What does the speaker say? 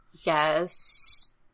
Yes